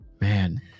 man